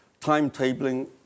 timetabling